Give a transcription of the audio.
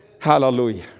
Hallelujah